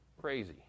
crazy